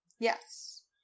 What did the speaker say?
Yes